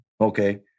okay